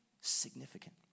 significant